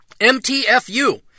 MTFU